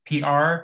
PR